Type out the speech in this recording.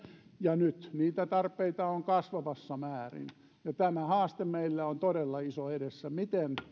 ja nyt niitä tarpeita on kasvavassa määrin tämä haaste meillä on todella iso edessä miten